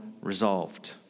resolved